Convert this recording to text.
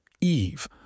Eve